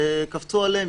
וקפצו עליהם,